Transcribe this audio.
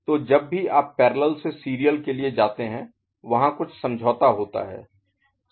तो जब भी आप पैरेलल से सीरियल के लिए जाते हैं वहां कुछ समझौता होता है